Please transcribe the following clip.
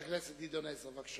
חבר הכנסת גדעון עזרא, בבקשה.